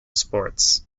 sports